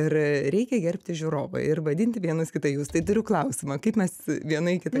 ir reikia gerbti žiūrovą ir vadinti vienas kitą jūs tai turiu klausimą kaip mes viena į kitą